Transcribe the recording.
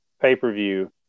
pay-per-view